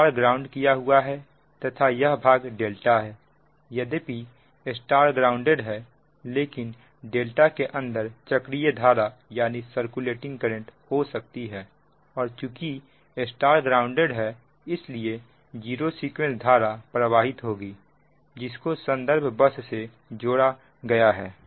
Y ground किया हुआ है तथा यह भाग ∆ है यद्यपि Y ग्राउंडेड है लेकिन ∆ के अंदर चक्रीय धारा हो सकती है और चुकी Y ग्राउंडेड है इसलिए जीरो सीक्वेंस धारा प्रवाहित होगी जिसको संदर्भ बस से जोड़ा गया है